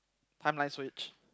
timeline switch